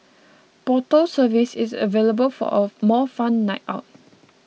bottle service is available for a more fun night out